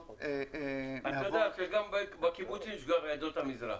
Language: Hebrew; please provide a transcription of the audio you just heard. גם בקיבוצים יש מעדות המזרח.